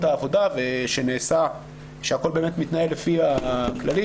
העבודה שהכל באמת מתנהל לפי הכללים,